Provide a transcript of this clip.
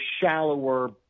shallower